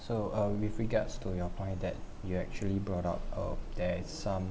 so uh with regards to your point that you actually brought up uh there is some